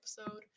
episode